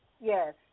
Yes